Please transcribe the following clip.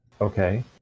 okay